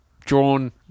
drawn